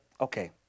Okay